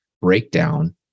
breakdown